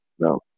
No